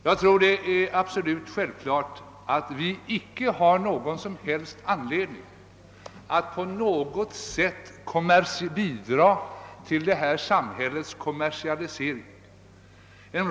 Jag är övertygad om att vi icke har någon som helst anledning att på något sätt ytterligare bidra till vårt samhälles kommersialisering.